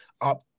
up